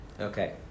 Okay